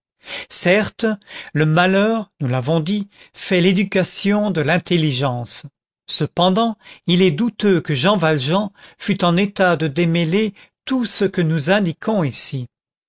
certes le malheur nous l'avons dit fait l'éducation de l'intelligence cependant il est douteux que jean valjean fût en état de démêler tout ce que nous indiquons ici